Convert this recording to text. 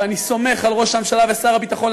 ואני סומך על ראש הממשלה ושר הביטחון,